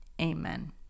Amen